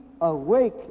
awake